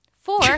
Four